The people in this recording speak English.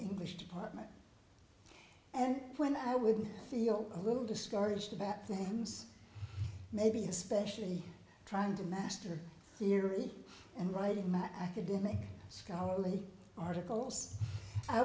english department and when i would feel a little discouraged bad things maybe especially trying to master theory and writing my academic scholarly articles i